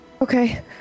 Okay